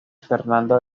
fernando